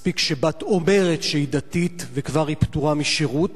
מספיק שבת אומרת שהיא דתית וכבר היא פטורה משירות.